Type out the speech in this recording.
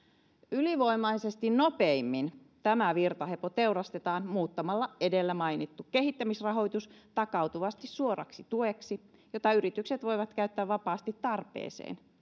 ylivoimaisesti nopeimmin tämä virtahepo teurastetaan muuttamalla edellä mainittu kehittämisrahoitus takautuvasti suoraksi tueksi jota yritykset voivat käyttää vapaasti tarpeeseen